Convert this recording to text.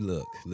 Look